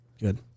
Good